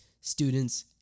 students